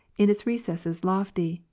in its recesses lofty,